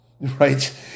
right